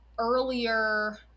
earlier